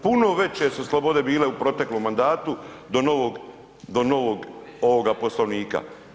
Puno veće su slobode bile u proteklom mandatu do novog ovoga Poslovnika.